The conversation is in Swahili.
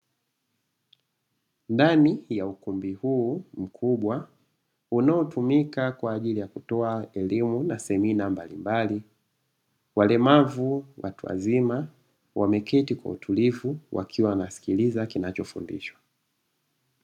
Ndani ya ukumbi huu mkubwa unaotumika kwa ajili ya kutoa elimu na semina mbalimbali, walemavu watu wazima wameketi kwa utulivu wakiwa wanasikiliza kinachofundishwa.